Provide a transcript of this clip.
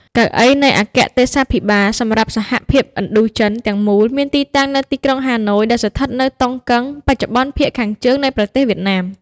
កៅអីនៃអគ្គទេសាភិបាលសម្រាប់សហភាពឥណ្ឌូចិនទាំងមូលមានទីតាំងនៅទីក្រុងហាណូយ ដែលស្ថិតនៅតុងកឹង បច្ចុប្បន្នភាគខាងជើងនៃប្រទេសវៀតណាម។